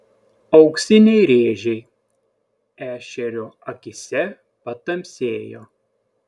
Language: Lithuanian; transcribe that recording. auksiniai rėžiai ešerio akyse patamsėjo